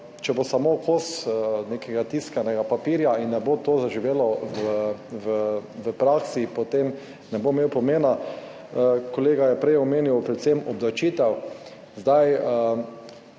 samo kos nekega tiskanega papirja in ne bo zaživel v praksi, potem ne bo imel pomena. Kolega je prej omenil predvsem obdavčitev. Ta